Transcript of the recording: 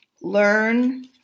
Learn